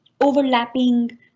overlapping